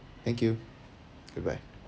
thank you goodbye